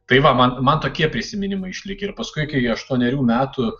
tai va man man tokie prisiminimai išlikę ir paskui kai aštuonerių metų